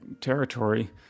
territory